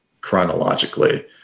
chronologically